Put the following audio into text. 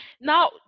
Now